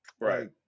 Right